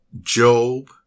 Job